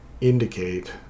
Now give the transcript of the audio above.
indicate